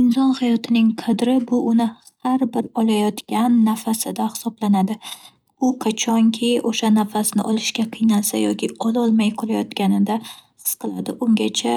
Inson hayotining qadri bu uni har bir olayotgan nafasida hisoblanadi. U qachonki o'sha nafasni olishga qiynalsa yoki ololmay qolayotganida his qiladi. Ungacha